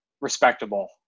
respectable